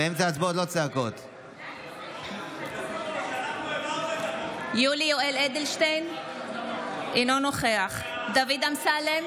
אושר שקלים, נגד עאידה תומא סלימאן, בעד פנינה